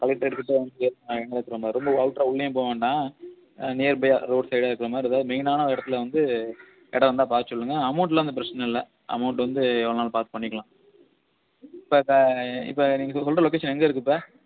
கலெக்ட்ரேட்கிட்ட அங்கே இருக்கமாதிரி ரொம்ப அவுட்ராக உள்ளையும் போக வேண்டாம் நியர் பையாக ரோட் சைடாக இருக்குறமாதிரி எதாவது மெயினான இடத்துல வந்து இடம் இருந்தால் பார்த்து சொல்லுங்கள் அமௌண்ட்லாம் ஒன்றும் பிரச்சனை இல்லை அமௌண்ட் வந்து எவ்வளோனாலும் பார்த்து பண்ணிக்கலாம் இப்போ க இப்போ நீங்கள் சொல்லுற லொக்கேஷன் எங்கே இருக்கு இப்போ